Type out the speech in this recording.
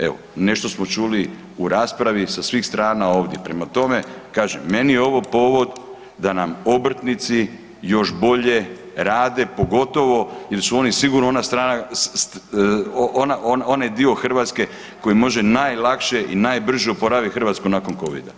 Evo, nešto smo čuli u raspravi sa svih strana ovdje, prema tome, kažem, meni je ovo povod da nam obrtnici još bolje rade, pogotovo jer su oni sigurno onaj dio Hrvatske koji može najlakše i najbrže oporaviti Hrvatsku nakon COVID-a.